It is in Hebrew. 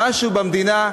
משהו במדינה,